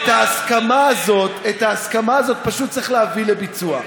את ההסכמה הזאת פשוט צריך להביא לביצוע.